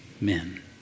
men